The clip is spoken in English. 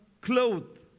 clothed